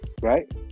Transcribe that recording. right